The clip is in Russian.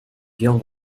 дел